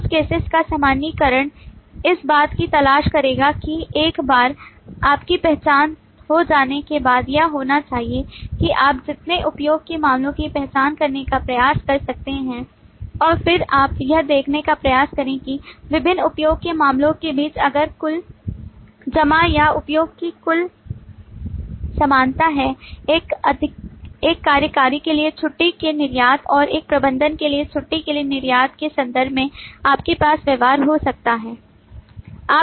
use cases का सामान्यीकरण इस बात की तलाश करेगा कि एक बार आपकी पहचान हो जाने के बाद यह होना चाहिए कि आप जितने उपयोग के मामलों की पहचान करने का प्रयास कर सकते हैं और फिर आप यह देखने का प्रयास करें कि विभिन्न उपयोग के मामलों के बीच अगर कुल जमा या उपयोग की कुल समानता है एक कार्यकारी के लिए छुट्टी के निर्यात और एक प्रबंधक के लिए छुट्टी के निर्यात के संदर्भ में आपके पास व्यवहार हो सकता है